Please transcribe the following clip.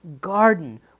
garden